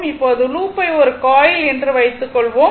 இப்போது லூப்பை ஒரு காயில் என்று வைத்துக்கொள்வோம்